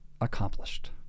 accomplished